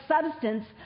substance